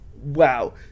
Wow